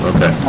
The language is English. Okay